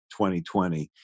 2020